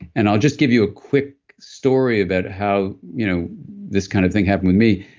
and i'll just give you a quick story about how you know this kind of thing happened with me.